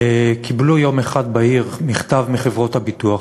קיבלו יום בהיר אחד מכתב מחברות הביטוח,